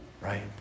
right